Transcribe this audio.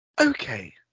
Okay